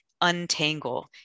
untangle